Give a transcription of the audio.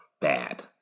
bad